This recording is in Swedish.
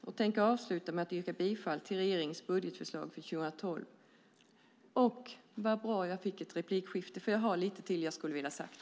Jag tänker avsluta med att yrka bifall till regeringens budgetförslag för 2012. Det är bra att jag nu får ett replikskifte, eftersom jag har lite till som jag skulle vilja ha sagt.